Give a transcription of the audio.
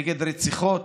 נגד רציחות.